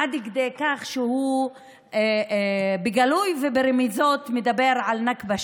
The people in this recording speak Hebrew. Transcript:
עד כדי כך שהוא בגלוי וברמיזות מדבר על נכבה שנייה.